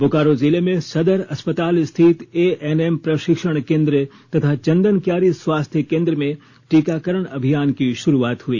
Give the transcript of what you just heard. बोकारो जिले में सदर अस्पताल स्थित ए एन एम प्रशिक्षण केंद्र तथा चंदनकियारी स्वास्थ्य केंद्र में टीकाकरण अभियान की शुरुआत हुई